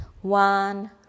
one